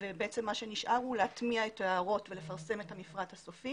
ובעצם מה שנשאר הוא להטמיע את ההערות ולפרסם את המפרט הסופי